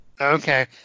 Okay